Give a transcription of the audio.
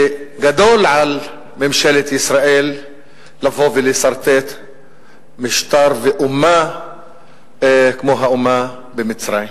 וגדול על ממשלת ישראל לבוא ולסרטט משטר ואומה כמו האומה במצרים.